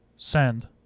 Send